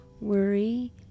Worry